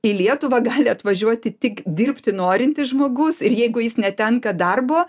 į lietuvą gali atvažiuoti tik dirbti norintis žmogus ir jeigu jis netenka darbo